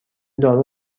دارو